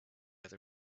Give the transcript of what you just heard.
other